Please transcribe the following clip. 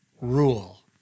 rule